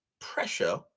pressure